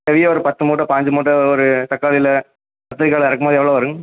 பெரிய ஒரு பத்து மூட்டை பாஞ்சு மூட்டை ஒரு தக்காளியில கத்திரிக்காய்ல இறக்குமோது எவ்வளோ வருங்க